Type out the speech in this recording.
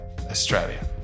Australia